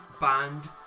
band